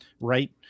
right